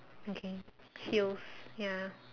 okay heels ya